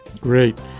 Great